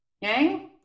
Yang